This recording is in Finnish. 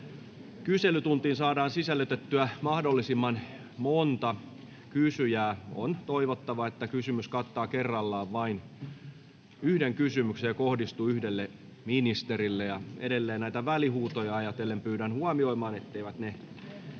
kyselytuntiin saadaan sisällytettyä mahdollisimman monta kysyjää, on toivottavaa, että kysymys kattaa kerrallaan vain yhden kysymyksen ja kohdistuu yhdelle ministerille. Edelleen välihuutoja ajatellen pyydän huomioimaan, etteivät ne